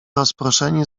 rozproszeni